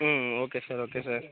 ம் okay sir okay sir